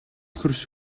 хөрш